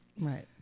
Right